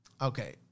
Okay